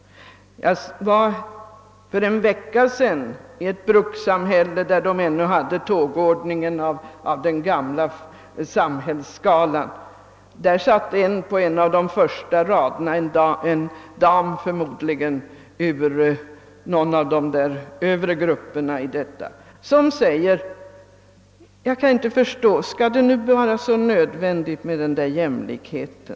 Jag var för en vecka sedan i ett brukssamhälle där man ännu hade den gamla samhällsskalans tågordning. På en av de första raderna satt en dam, förmodligen ur en av de högre grupperna i detta samhälle, som sade: Jag kan inte förstå att det skall vara så nödvändigt med den där jämlikheten.